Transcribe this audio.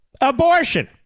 abortion